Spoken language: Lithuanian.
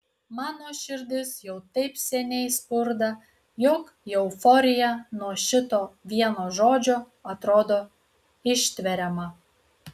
mano širdis jau taip seniai spurda jog euforija nuo šito vieno žodžio atrodo ištveriama